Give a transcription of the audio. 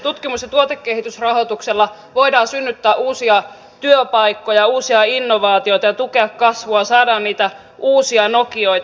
tutkimus ja tuotekehitysrahoituksella voidaan synnyttää uusia työpaikkoja ja uusia innovaatioita ja tukea kasvua saada niitä uusia nokioita